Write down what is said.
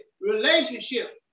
relationship